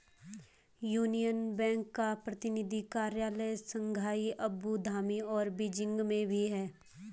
union bank का प्रतिनिधि कार्यालय शंघाई अबू धाबी और बीजिंग में भी है